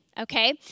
okay